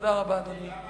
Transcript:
תודה רבה, אדוני.